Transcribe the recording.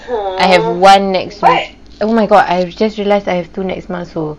I have one next week oh my god I've just realized I have two next month also